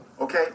okay